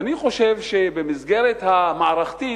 ואני חושב, במסגרת המערכתית,